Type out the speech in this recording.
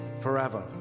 forever